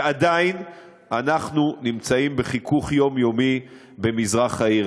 ועדיין אנחנו נמצאים בחיכוך יומיומי במזרח העיר.